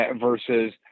versus